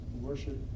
Worship